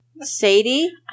Sadie